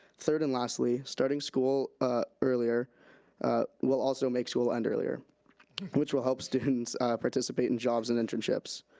third and lastly, starting school ah earlier will also make school end earlier which will help students participate in jobs and internships.